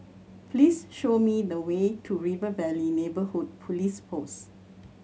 please show me the way to River Valley Neighbourhood Police Post